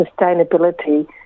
sustainability